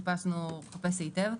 חיפשנו חפש היטב.